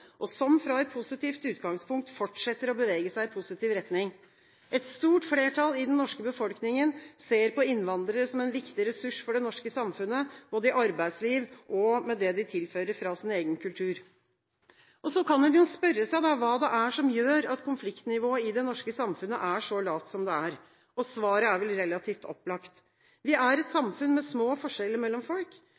og som fra et positivt utgangspunkt fortsetter å bevege seg i positiv retning. Et stort flertall i den norske befolkningen ser på innvandrere som en viktig ressurs for det norske samfunnet, både i arbeidsliv og med det de tilfører fra sin egen kultur. Så kan en spørre seg hva det er som gjør at konfliktnivået i det norske samfunnet er så lavt som det er. Svaret er vel relativt opplagt. Vi er et samfunn med små forskjeller mellom folk.